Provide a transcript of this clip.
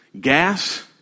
gas